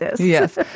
Yes